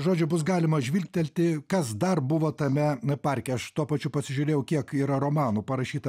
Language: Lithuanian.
žodžiu bus galima žvilgtelti kas dar buvo tame parke aš tuo pačiu pasižiūrėjau kiek yra romanų parašyta